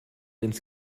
ins